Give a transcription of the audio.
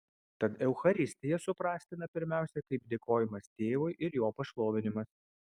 tad eucharistija suprastina pirmiausia kaip dėkojimas tėvui ir jo pašlovinimas